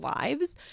lives